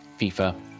FIFA